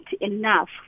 enough